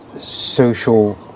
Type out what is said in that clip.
social